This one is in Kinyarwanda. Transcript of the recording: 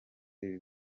ibi